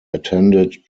attended